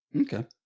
Okay